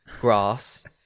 grass